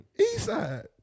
Eastside